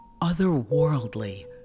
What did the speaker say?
otherworldly